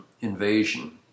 Invasion